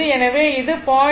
எனவே இது 0